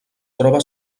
troba